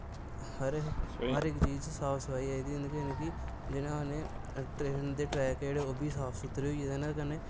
हर इक चीज साफ सफाई जिन्ना नै ट्रेन दे ट्रैक जेह्ड़े ओह् बी साफ सुथरे होई ए दे न कन्नै